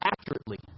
accurately